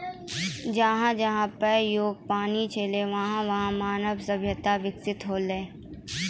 जहां जहां पियै योग्य पानी छलै वहां वहां मानव सभ्यता बिकसित हौलै